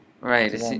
Right